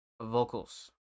vocals